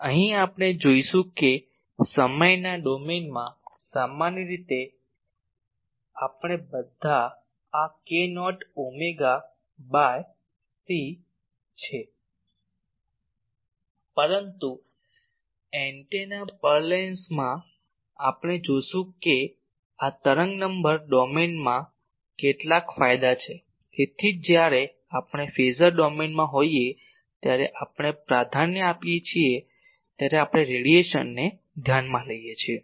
અહીં આપણે જોઈશું કે સમયના ડોમેનમાં સામાન્ય રીતે આપણે બધા આ k નોટ ઓમેગા ભાગ્યા c છે પરંતુ એન્ટેના પરલેન્સમાં આપણે જોશું કે આ તરંગ નંબર ડોમેનના કેટલાક ફાયદા છે તેથી જ જ્યારે આપણે ફેઝર ડોમેનમાં હોઈએ ત્યારે આપણે પ્રાધાન્ય આપીએ છીએ ત્યારે આપણે રેડિયેશનને ધ્યાનમાં લઈએ છીએ